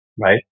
Right